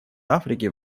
африки